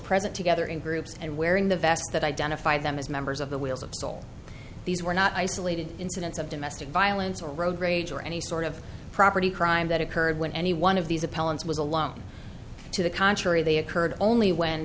present together in groups and wearing the vests that identified them as members of the wheels of soul these were not isolated incidents of domestic violence or road rage or any sort of property crime that occurred when any one of these appellants was alone to the contrary they occurred only when